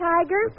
Tiger